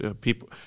people